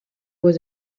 was